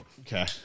okay